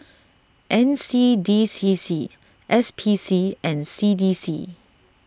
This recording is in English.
N C D C C S P C and C D C